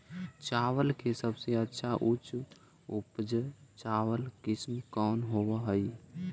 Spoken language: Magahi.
चावल के सबसे अच्छा उच्च उपज चावल किस्म कौन होव हई?